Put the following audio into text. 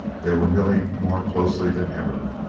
they were milling more closely than ever.